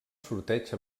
sorteig